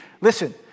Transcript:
Listen